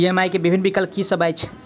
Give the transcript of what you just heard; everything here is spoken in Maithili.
ई.एम.आई केँ विभिन्न विकल्प की सब अछि